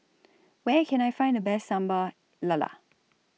Where Can I Find The Best Sambal Lala